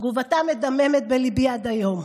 תגובתה מדממת בליבי עד היום: